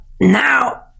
Now